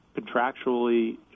contractually